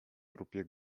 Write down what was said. trupie